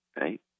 right